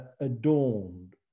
adorned